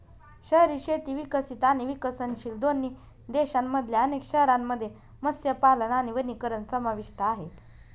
शहरी शेती विकसित आणि विकसनशील दोन्ही देशांमधल्या अनेक शहरांमध्ये मत्स्यपालन आणि वनीकरण समाविष्ट आहे